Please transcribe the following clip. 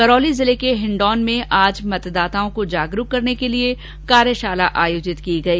करौली जिले के हिंडौन में आज मतदाताओं को जागरूक करने के लिए कार्यशाला आयोजित की गई